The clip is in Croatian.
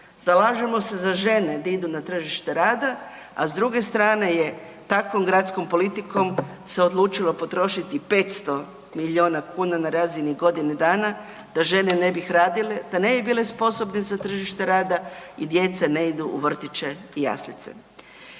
zalažemo se za žene gdje idu na tržište rada, a s druge strane je takvom gradskom politikom se odlučilo potrošiti 500 miliona kuna na razini godine dana da žene ne bi radile, da ne bi bile sposobne za tržište rada i djeca ne idu u vrtiće i jaslice.